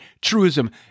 truism